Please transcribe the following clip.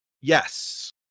Yes